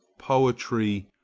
poetry,